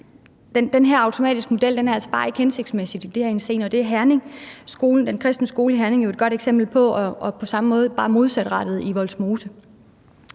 Den her automatiske model er altså bare ikke hensigtsmæssig i den henseende, og det er den kristne skole i Herning jo et godt eksempel på, og det er på samme måde, bare modsatrettet, i Vollsmose.